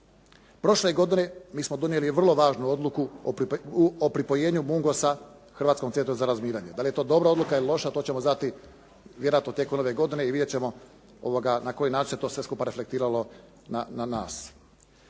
Prošle godine mi smo donijeli vrlo važnu odluku o pripojenju “Mungosa“ Hrvatskom centru za razminiranje. Da li je to dobra odluka ili loša to ćemo znati vjerojatno tijekom nove godine i vidjet ćemo na koji način se to sve skupa reflektiralo na nas.